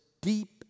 deep